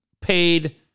Paid